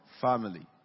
family